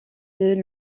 deux